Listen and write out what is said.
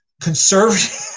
conservative